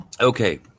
Okay